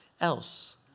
else